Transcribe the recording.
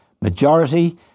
majority